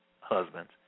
husbands